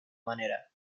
manera